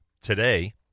today